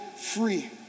free